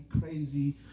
crazy